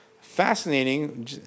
fascinating